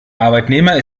arbeitnehmer